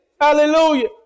hallelujah